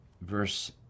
verse